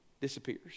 disappears